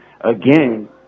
again